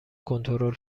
کنترل